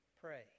Pray